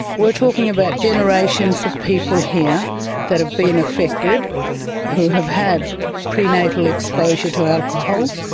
we're talking about generations of people here that have been affected who have had prenatal exposure to alcohol,